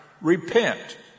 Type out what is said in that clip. repent